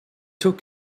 tux